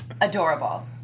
Adorable